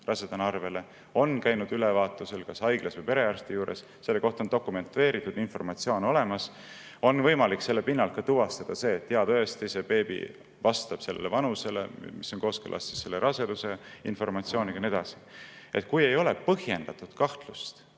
rasedana arvele, on käinud läbivaatusel kas haiglas või perearsti juures, selle kohta on dokumenteeritud informatsioon olemas, on võimalik ka selle pinnalt tuvastada see, et jaa, tõesti, beebi vastab sellele vanusele, mis on kooskõlas selle raseduse informatsiooniga, ja nii edasi. Kui ei ole põhjendatud kahtlust,